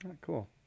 Cool